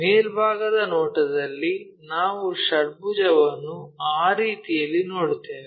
ಮೇಲ್ಭಾಗದ ನೋಟದಲ್ಲಿ ನಾವು ಈ ಷಡ್ಭುಜವನ್ನು ಆ ರೀತಿಯಲ್ಲಿ ನೋಡುತ್ತೇವೆ